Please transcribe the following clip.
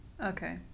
Okay